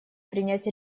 принять